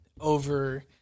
over